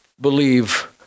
believe